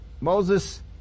Moses